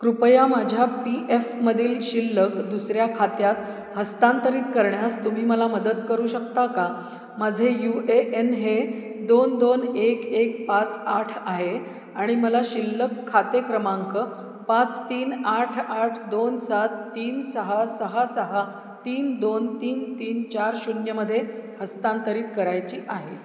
कृपया माझ्या पी एफमधील शिल्लक दुसऱ्या खात्यात हस्तांतरित करण्यास तुम्ही मला मदत करू शकता का माझे यू ए एन हे दोन दोन एक एक पाच आठ आहे आणि मला शिल्लक खाते क्रमांक पाच तीन आठ आठ दोन सात तीन सहा सहा सहा तीन दोन तीन तीन चार शून्यमध्ये हस्तांतरित करायची आहे